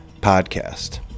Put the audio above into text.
podcast